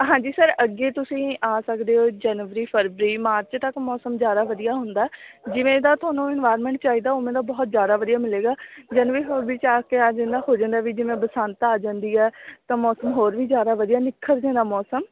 ਹਾਂਜੀ ਸਰ ਅੱਗੇ ਤੁਸੀਂ ਆ ਸਕਦੇ ਹੋ ਜਨਵਰੀ ਫਰਵਰੀ ਮਾਰਚ ਤੱਕ ਮੌਸਮ ਜ਼ਿਆਦਾ ਵਧੀਆ ਹੁੰਦਾ ਜਿਵੇਂ ਦਾ ਤੁਹਾਨੂੰ ਇਨਵਾਇਰਮੈਂਟ ਚਾਹੀਦਾ ਉਵੇਂ ਦਾ ਬਹੁਤ ਜ਼ਿਆਦਾ ਵਧੀਆ ਮਿਲੇਗਾ ਜਨਵਰੀ ਹੋਰ ਵਿਚ ਆ ਕੇ ਆ ਜਾਂਦਾ ਹੋ ਜਾਂਦਾ ਵੀ ਜਿਵੇਂ ਬਸੰਤ ਆ ਜਾਂਦੀ ਆ ਤਾਂ ਮੌਸਮ ਹੋਰ ਵੀ ਜ਼ਿਆਦਾ ਵਧੀਆ ਨਿੱਖਰ ਜਾਂਦਾ ਮੌਸਮ